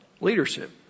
Leadership